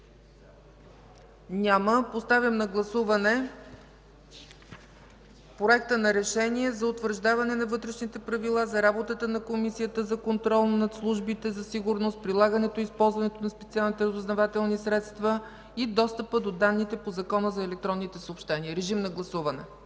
Няма. Поставям на гласуване Проекта на решение за утвърждаване на Вътрешните правила за работата на Комисията за контрол над службите за сигурност, прилагането и използването на специалните разузнавателни средства и достъпа до данните по Закона за електронните съобщения. Гласували